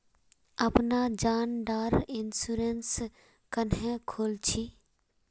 अपना जान डार इंश्योरेंस क्नेहे खोल छी?